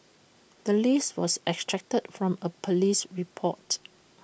the list was extracted from A Police report